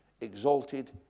exalted